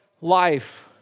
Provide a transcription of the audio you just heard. life